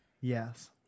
Yes